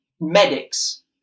medics